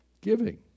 Giving